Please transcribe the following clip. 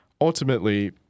ultimately